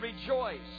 rejoice